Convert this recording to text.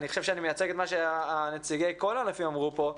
אני חושב שאני מייצג את מה שנציגי כל הענפים אמרו פה,